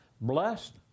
Blessed